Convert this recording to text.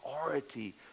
priority